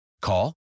Call